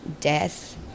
death